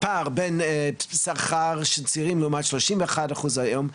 הפער בין שכר של צעירים לעומת שלושים ואחד אחוז היום,